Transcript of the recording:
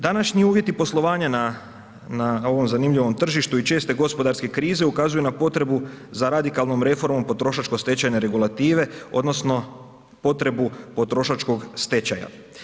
Današnji uvjeti poslovanja na ovom zanimljivom tržištu i česte gospodarske krize ukazuju na potrebu za radikalnom reformom potrošačko stečajne regulative, odnosno potrebu potrošačkog stečaja.